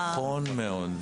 בדיוק, נכון מאוד.